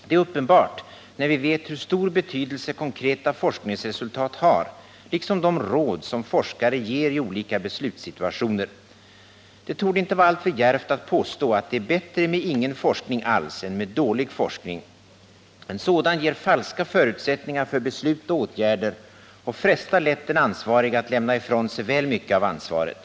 Det är uppenbart när vi vet hur stor betydelse konkreta forskningsresultat har liksom de råd som forskare ger i olika beslutssituationer. Det torde inte vara alltför djärvt att påstå, att det är bättre med ingen forskning alls än med dålig forskning — en sådan ger falska förutsättningar för beslut och åtgärder och frestar lätt den ansvarige att lämna ifrån sig väl mycket av ansvaret.